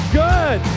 good